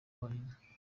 bonyine